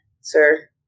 sir